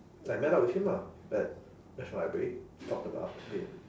I met up with him ah at national library talk about it